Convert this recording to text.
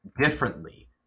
differently